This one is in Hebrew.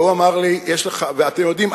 אתם יודעים,